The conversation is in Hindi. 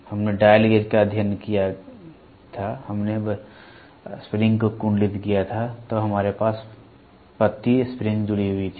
हमने डायल गेज का अध्ययन किया था हमने वसंत को कुंडलित किया था तब हमारे पास पत्ती वसंत जुड़ी हुई थी